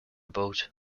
boat